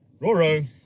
Roro